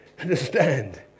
Understand